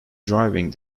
driving